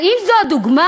האם זאת הדוגמה?